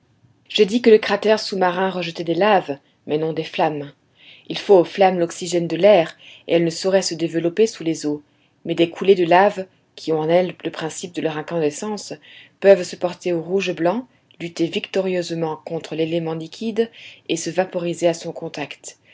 j'ai dit que le cratère sous-marin rejetait des laves mais non des flammes il faut aux flammes l'oxygène de l'air et elles ne sauraient se développer sous les eaux mais des coulées de lave qui ont en elles le principe de leur incandescence peuvent se porter au rouge blanc lutter victorieusement contre l'élément liquide et se vaporiser à son contact